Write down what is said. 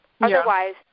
Otherwise